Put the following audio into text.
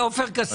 עופר כסיף.